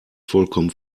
vollkommen